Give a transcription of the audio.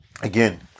again